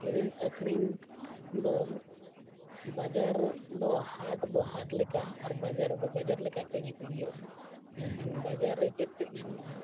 ᱠᱤᱨᱤᱧᱼᱟᱹᱠᱷᱨᱤᱧ ᱫᱚ ᱵᱟᱡᱟᱨᱫᱚ ᱦᱟᱴᱫᱚ ᱦᱟᱴᱞᱮᱠᱟ ᱟᱨ ᱵᱟᱡᱟᱨ ᱫᱚ ᱵᱟᱡᱟᱨ ᱞᱮᱠᱟ ᱠᱤᱨᱤᱧᱼᱟᱹᱠᱷᱨᱤᱧ ᱦᱩᱭᱩᱜᱼᱟ ᱢᱮᱱᱠᱷᱟᱱ ᱵᱟᱡᱟᱨ ᱨᱮ ᱪᱮᱫᱼᱪᱮᱫ ᱧᱟᱢᱚᱜᱼᱟ